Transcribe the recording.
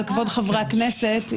כבוד חברי הכנסת,